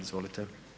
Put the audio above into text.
Izvolite.